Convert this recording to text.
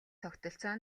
тогтолцоо